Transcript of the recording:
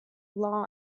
law